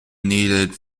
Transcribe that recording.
needed